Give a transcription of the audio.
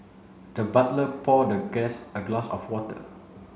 the butler pour the guest a glass of water